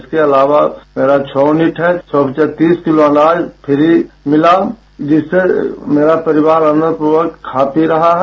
इसके अलावा मेरा छह यूनिट है तीस किलो अनाज फ्री मिला जिससे मेरा परिवार आनंदपूर्वक खा पी रहा है